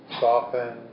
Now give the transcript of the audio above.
soften